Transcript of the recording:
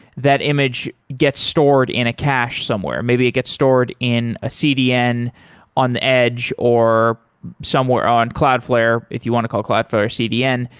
that image gets stored in a cache somewhere. maybe it get stored in a cdn on the edge or somewhere on cloudflare, if you want to call cloudflare or cdn,